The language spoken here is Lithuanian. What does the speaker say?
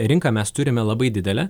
rinką mes turime labai didelę